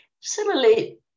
Similarly